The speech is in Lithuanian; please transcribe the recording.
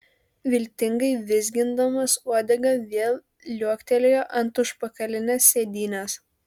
viltingai vizgindamas uodegą vėl liuoktelėjo ant užpakalinės sėdynės